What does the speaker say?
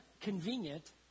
convenient